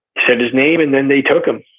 said his name and then they took him.